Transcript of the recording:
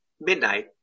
midnight